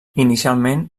inicialment